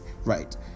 Right